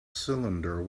cylinder